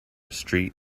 street